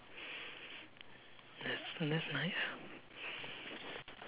that's oh that's nice